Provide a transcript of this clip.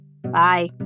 Bye